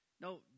no